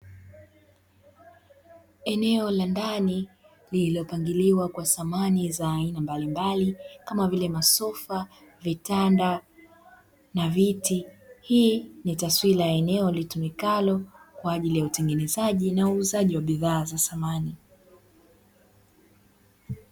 Eneo la ndani lililopangiliwa kwa samani za aina mbalimbali kama vile masofa, vitanda na viti, hii ni taswira ya eneo litumikalo kwa ajili ya utengenezaji na uuzaji wa bidhaa za samani.